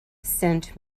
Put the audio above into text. sent